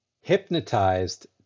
hypnotized